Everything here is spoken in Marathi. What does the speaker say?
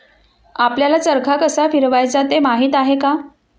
आपल्याला चरखा कसा फिरवायचा ते माहित आहे का?